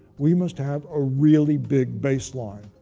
we must have a really big baseline.